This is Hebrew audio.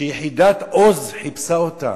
שיחידת "עוז" חיפשה אותה,